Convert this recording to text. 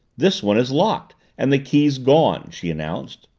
this one is locked and the key's gone, she announced.